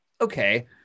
okay